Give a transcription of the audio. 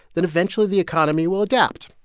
then eventually the economy will adapt.